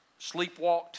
sleepwalked